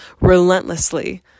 relentlessly